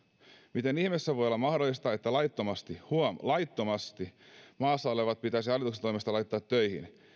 miten ihmeessä voi olla mahdollista että laittomasti huom laittomasti maassa olevat pitäisi hallituksen toimesta laittaa töihin